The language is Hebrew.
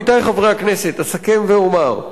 עמיתי חברי הכנסת, אסכם ואומר: